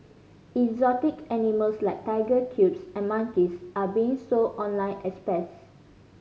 exotic animals like tiger cubs and monkeys are being sold online as pets